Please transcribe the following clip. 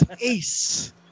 Ace